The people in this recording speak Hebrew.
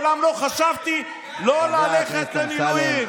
ומעולם לא חשבתי לא ללכת למילואים.